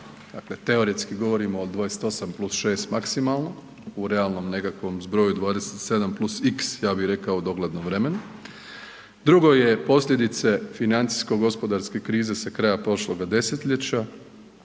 dakle teoretski govorimo o 28+6 maksimalno u realnom nekakvom zbroju 27+x ja bih rekao u doglednom vremenu. Drugo je posljedice financijsko-gospodarske krize sa kraja prošloga desetljeća.